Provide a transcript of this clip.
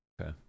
Okay